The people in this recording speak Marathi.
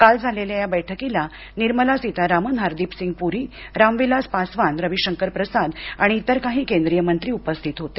काल झालेल्या या बैठकीला निर्मला सीतारामन हरदीप सिंग पुरी रामविलास पासवान रवी शंकर प्रसाद आणि इतर काही केंद्रीय मंत्री उपस्थित होते